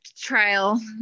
trial